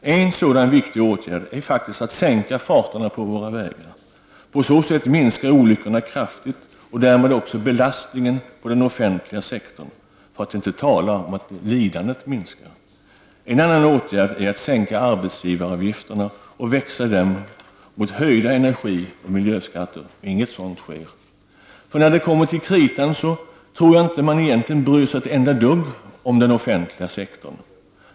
En sådan viktig åtgärd är att sänka farterna på våra vägar. På så sätt minskar olyckorna kraftigt och därmed också belastningen på den offentliga sektorn. För att inte tala om att lidandet minskar. En annan åtgärd är att sänka arbetsgivaravgifterna och växla dem mot höjda energioch miljöskatter. Inget sådant sker, för när det kommer till kritan bryr man sig egentligen inte ett enda dugg om den offentliga sektorn.